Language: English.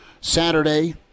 Saturday